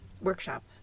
workshop